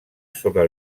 sobre